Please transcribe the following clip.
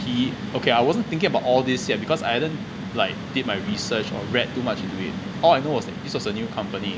he okay I wasn't thinking about all this yet because I hadn't like did my research or read too much into it all I know was that this was a new company